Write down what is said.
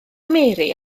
mary